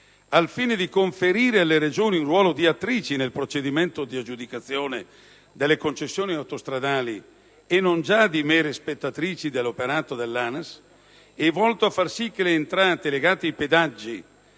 al fine di conferire alle Regioni un ruolo di attrici nel procedimento di aggiudicazione delle concessioni autostradali e non già di mere spettatrici dell'operato dell'ANAS ed era volto a far sì che le entrate legate ai pedaggi,